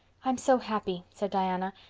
i'm so happy, said diana,